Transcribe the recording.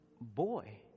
boy